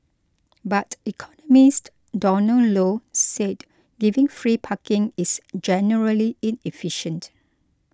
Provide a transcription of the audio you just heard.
but economist Donald Low said giving free parking is generally inefficient